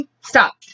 stop